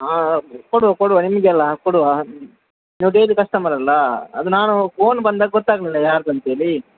ಹಾಂ ಹಾಂ ಕೊಡುವ ಕೊಡುವ ನಿಮಗೆ ಅಲ್ಲ ಕೊಡುವ ನೀವು ಡೈಲಿ ಕಷ್ಟಮರ್ ಅಲ್ಲ ಅದು ನಾನು ಫೋನ್ ಬಂದಾಗ ಗೊತ್ತಾಗಲಿಲ್ಲ ಯಾರ್ದು ಅಂತೇಳಿ